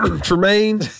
Tremaine